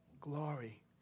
glory